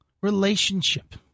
Relationship